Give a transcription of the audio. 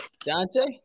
Dante